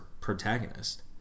protagonist